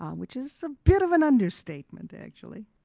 um which is a bit of an understatement actually.